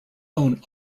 own